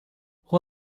hoe